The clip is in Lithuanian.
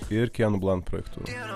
ir kionblan projektu